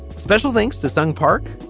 special thanks to sung park,